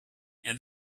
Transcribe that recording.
and